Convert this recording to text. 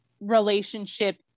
relationship